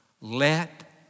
Let